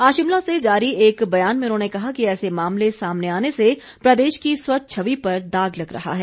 आज शिमला से जारी एक बयान में उन्होंने कहा कि ऐसे मामले सामने आने से प्रदेश की स्वच्छ छवि पर दाग लग रहा है